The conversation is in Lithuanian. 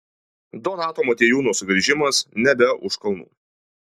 donato motiejūno sugrįžimas nebe už kalnų